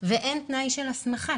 ואין תנאי של הסמכה.